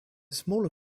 smaller